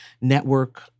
network